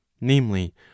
namely